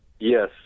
Yes